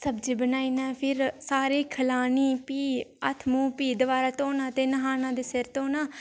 सब्जी बनाइयै फिर सारें'ई खलानी प्ही हत्थ मूंह प्ही दबारा धोना ते न्हाना ते सिर धोना